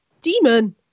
demon